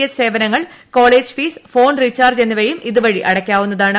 H സേവനങ്ങൾ college fees phone റീചാർജ്ജ്എന്നിവയും ഇത് വഴി അടക്കാവുന്ന താണ്